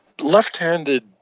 left-handed